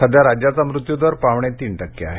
सध्या राज्याचा मृत्यू दर पावणे तीन टक्के आहे